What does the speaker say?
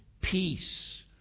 peace